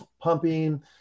pumping